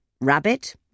Rabbit